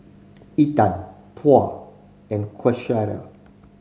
Intan Tuah and Qaisara